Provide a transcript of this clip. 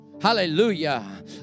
Hallelujah